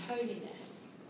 holiness